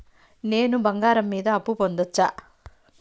నేను బంగారం మీద అప్పు పొందొచ్చా?